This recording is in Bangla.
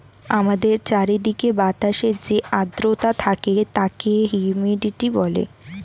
আমাদের চারিদিকের বাতাসে যে আর্দ্রতা থাকে তাকে হিউমিডিটি বলে